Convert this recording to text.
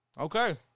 Okay